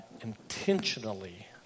intentionally